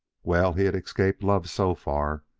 well, he had escaped love so far,